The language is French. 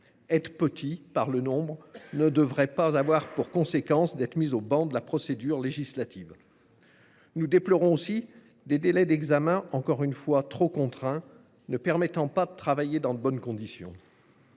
soit petit par le nombre ne devrait pas avoir pour conséquence notre mise au ban de la procédure législative. Nous déplorons aussi que les délais d’examen soient encore une fois trop contraints : ils ne permettent pas de travailler dans de bonnes conditions.